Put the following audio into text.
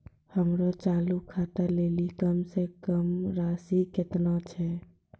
हमरो चालू खाता लेली कम से कम राशि केतना छै?